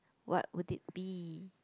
what would it be